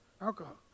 Alcohol